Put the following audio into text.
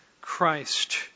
Christ